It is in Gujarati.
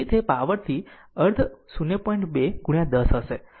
તેથી તે પાવરથી અર્ધ 0